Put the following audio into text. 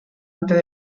antes